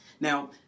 Now